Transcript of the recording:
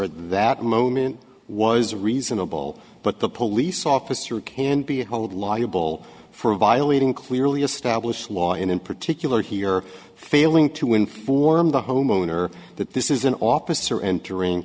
at that moment was reasonable but the police officer can be held liable for violating clearly established law and in particular here failing to inform the homeowner that this is an officer entering